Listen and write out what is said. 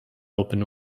open